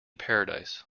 paradise